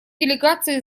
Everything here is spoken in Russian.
делегации